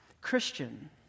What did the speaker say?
Christian